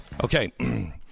Okay